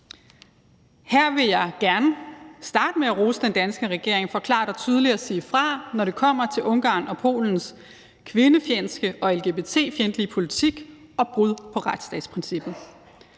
Her vil jeg gerne starte med at rose den danske regering for klart og tydeligt at sige fra, når det kommer til Ungarn og Polens kvindefjendske og lgbt-fjendtlige politik og brud på retsstatsprincippet.